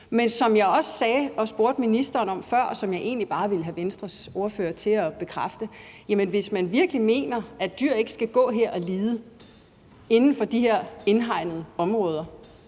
er noget, jeg også sagde og spurgte ministeren om før, som jeg egentlig bare vil have Venstres ordfører til at bekræfte: Hvis man virkelig mener, at dyr ikke skal gå og lide inden for de her indhegnede områder